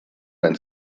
man